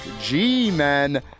G-Men